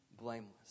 blameless